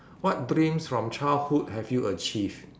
what dreams from childhood have you achieved